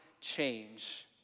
change